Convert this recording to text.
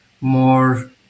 more